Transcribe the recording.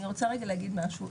אני רוצה רגע להגיד משהו,